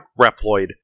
reploid